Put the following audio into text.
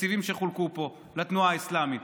התקציבים שחולקו פה לתנועה האסלאמית,